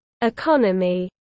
economy